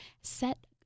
set